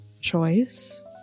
choice